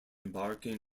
embarking